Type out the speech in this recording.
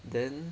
then